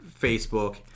Facebook